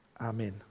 Amen